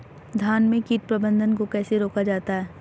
धान में कीट प्रबंधन को कैसे रोका जाता है?